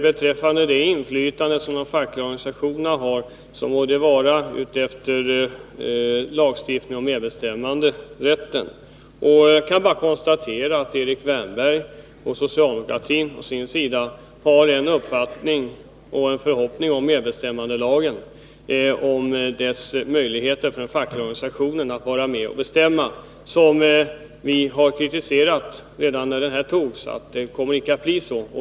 Beträffande det inflytande som de fackliga organisationerna har må det vara i enlighet med lagstiftningen om medbestämmanderätten, men jag kan bara konstatera att Erik Wärnberg och socialdemokratin å sin sida har en uppfattning och en förhoppning om de möjligheter medbestämmandelagen ger den fackliga organisationen att vara med och bestämma. Vi kritiserade lagen redan när den togs och sade att det kommer inte att bli så.